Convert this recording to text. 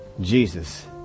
Jesus